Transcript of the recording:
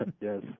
Yes